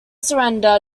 surrender